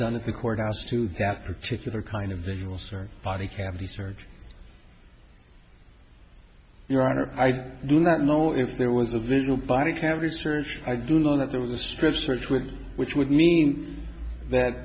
done at the courthouse to that particular kind of visual search body cavity search your honor i do not know if there was a vigil body cavity search i do know that there was a strip search with which would mean that